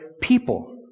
people